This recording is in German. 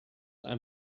ein